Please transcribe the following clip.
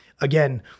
again